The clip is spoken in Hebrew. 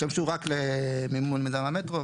ישמשו רק למימון מיזם המטרו.